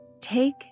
take